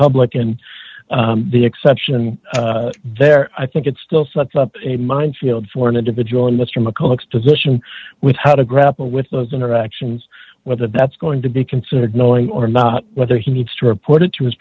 public and the exception there i think it still sucks up a minefield for an individual investor mcculloch's position with how to grapple with those interactions whether that's going to be considered knowing or not whether he needs to report it to his